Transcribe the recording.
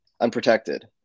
unprotected